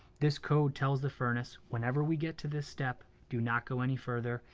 this code tells the furnace whenever we get to this step, do not go any further,